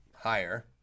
higher